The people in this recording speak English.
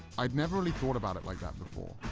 i'd never really thought about it like that before.